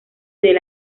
del